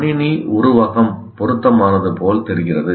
கணினி உருவகம் பொருத்தமானது போல் தெரிகிறது